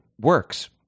works